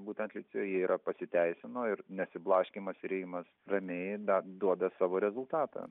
būtent licėjuje yra pasiteisino ir nesiblaškymas ir ėjimas ramiai dar duoda savo rezultatą